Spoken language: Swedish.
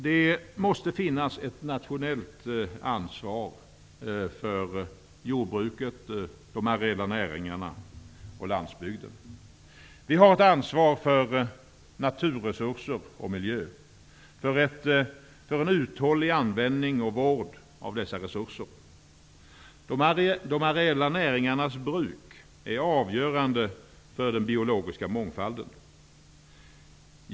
Det måste finnas ett nationellt ansvar för jordbruket, de areella näringarna och landsbygden. Vi har ett ansvar för naturresurser och miljö och för en uthållig användning och vård av dessa resurser. De areella näringarnas bruk är avgörande för den biologiska mångfalden.